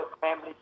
family